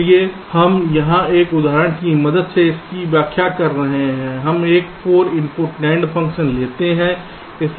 इसलिए हम यहां एक उदाहरण की मदद से इसकी व्याख्या कर रहे हैं हम एक 4 इनपुट NAND फ़ंक्शन लेते हैं